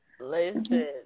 Listen